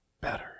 better